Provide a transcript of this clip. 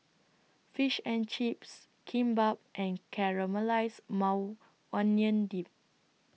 Fish and Chips Kimbap and Caramelized Maui Onion Dip